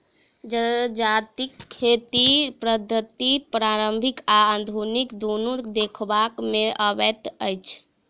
जजातिक खेती पद्धति पारंपरिक आ आधुनिक दुनू देखबा मे अबैत अछि